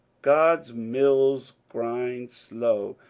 god's mills grind slow,